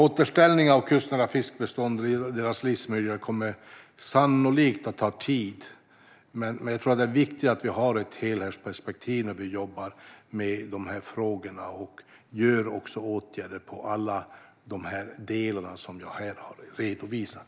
Återställningen av kustnära fiskbestånd och deras livsmiljö kommer sannolikt att ta tid, men jag tror att det är viktigt att vi har ett helhetsperspektiv när vi jobbar med de här frågorna och vidtar åtgärder på alla de områden jag här har berört.